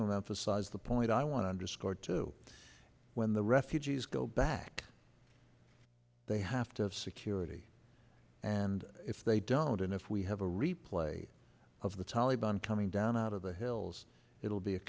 to size the point i want to underscore to when the refugees go back they have to have security and if they don't and if we have a replay of the taliban coming down out of the hills it will be a